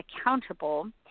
accountable